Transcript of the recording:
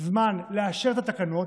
לאשר את התקנות.